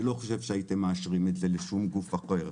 אני לא חושב שהייתם מאשרים את זה לכל גוף אחר,